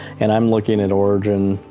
and i'm looking at origin,